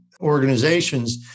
organizations